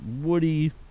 woody